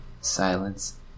Silence